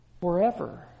forever